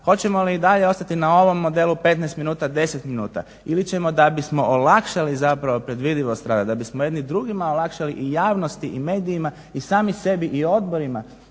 Hoćemo li i dalje ostati na ovom modelu 15 minuta, 10 minuta ili ćemo da bismo olakšali zapravo predvidivost rada, da bismo jedni drugima olakšali i javnosti i medijima i sami sebi i odborima